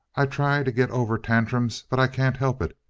i try to get over tantrums but i can't help it!